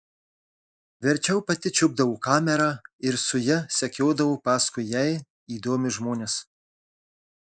verčiau pati čiupdavo kamerą ir su ja sekiodavo paskui jai įdomius žmones